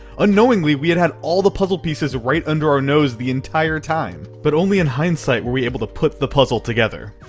unknowingly, we had had all the puzzle pieces right under our nose the entire time. but only in hindsight were we able to put the puzzle together.